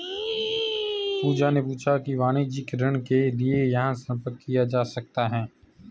पूजा ने पूछा कि वाणिज्यिक ऋण के लिए कहाँ संपर्क किया जा सकता है?